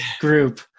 group